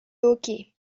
hockey